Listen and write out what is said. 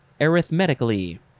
arithmetically